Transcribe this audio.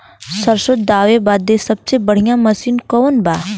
सरसों दावे बदे सबसे बढ़ियां मसिन कवन बा?